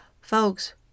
Folks